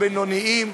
והבינוניים,